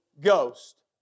Ghost